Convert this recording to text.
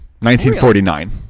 1949